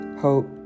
hope